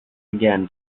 again